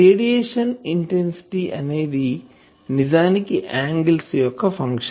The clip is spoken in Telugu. రేడియేషన్ ఇంటెన్సిటీ అనేది నిజానికి యాంగిల్స్ యొక్క ఫంక్షన్